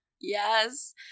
Yes